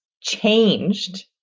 changed